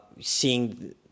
seeing